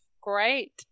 great